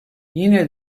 yine